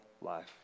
life